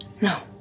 No